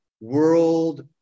world